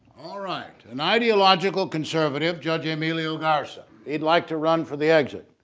all right an ideological conservative judge emilio garson. he'd like to run for the exit.